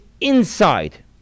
inside